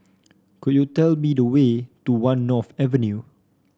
could you tell me the way to One North Avenue